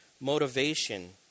motivation